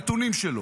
אלה הנתונים שלו,